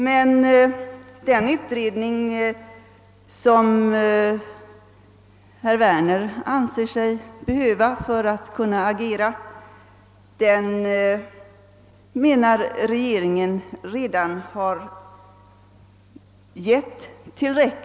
Men den utredning som herr Werner anser sig behöva för att kunna agera har enligt regeringens mening redan gjorts.